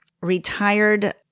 retired